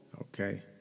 Okay